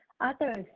others